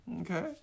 okay